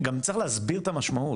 גם צריך להסביר את המשמעות,